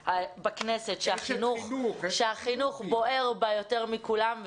בכנסת שהחינוך בוער בה יותר מאשר אצל כולם.